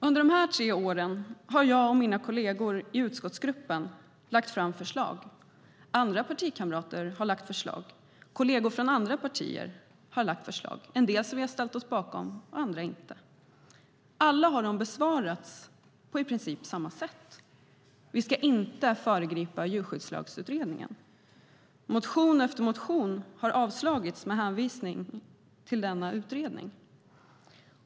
Under de här tre åren har jag och mina kolleger i utskottsgruppen lagt fram förslag, liksom andra partikamrater. Kolleger från andra partier har också lagt fram förslag, en del som vi har ställt oss bakom, andra inte. Alla har de besvarats på i princip samma sätt: Vi ska inte föregripa Djurskyddslagsutredningen. Motion efter motion har avslagits med hänvisning till denna utredning.